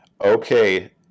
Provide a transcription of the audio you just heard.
Okay